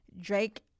Drake